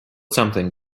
something